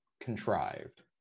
contrived